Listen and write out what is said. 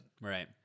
Right